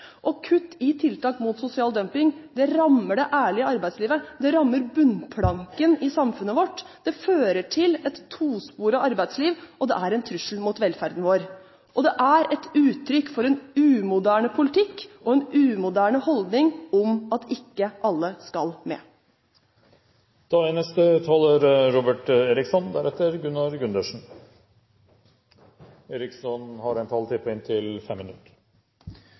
budsjettet. Kutt i tiltak mot sosial dumping rammer det ærlige arbeidslivet, det rammer bunnplanken i samfunnet vårt, det fører til et tosporet arbeidsliv og er en trussel mot velferden vår. Det er et uttrykk for en umoderne politikk og en umoderne holdning om at ikke alle skal med. Jeg merket meg statsministerens innlegg her tidligere i kveld, der han kom med mange betraktninger om hvordan arbeidslivet er